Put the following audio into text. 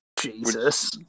Jesus